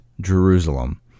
Jerusalem